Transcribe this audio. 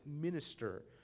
minister